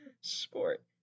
Sport